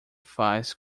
faz